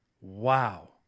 wow